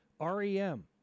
REM